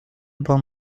bon